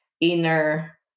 inner